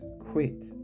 quit